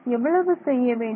எவ்வளவு செய்ய வேண்டும்